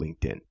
LinkedIn